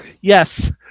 Yes